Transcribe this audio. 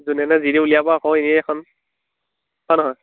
যোনে তোনে যি টি উলিয়াব আকৌ এনেই এইখন হয় নহয়